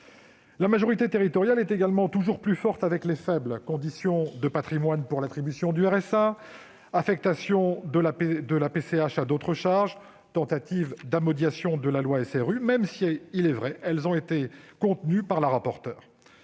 La majorité sénatoriale est également toujours plus dure avec les faibles : prise en compte du patrimoine pour l'attribution du RSA, affectation de la PCH à d'autres charges, tentatives de modification de la loi SRU, même si elles ont été, il est vrai, contenues par la rapporteure